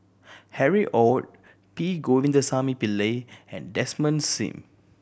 Harry Ord P Govindasamy Pillai and Desmond Sim